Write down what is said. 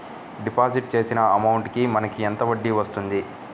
Deposit చేసిన amount కి మనకి ఎంత వడ్డీ వస్తుంది?